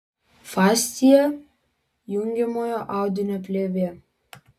fascija jungiamojo audinio plėvė